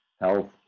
health